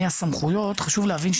"סמכויות" חשוב להבין,